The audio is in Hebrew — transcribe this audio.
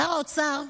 שר האוצר,